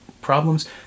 problems